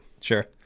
Sure